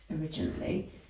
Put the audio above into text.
originally